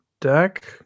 deck